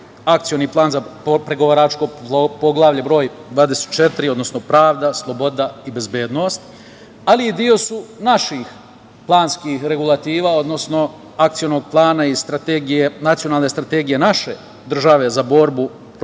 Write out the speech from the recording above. akcioni plan za pregovaračko poglavlje 24. odnosno pravda, sloboda i bezbednost, ali su deo i naših planskih regulativa, odnosno akcionog plana i strategije nacionalne strategije naše države za borbu protiv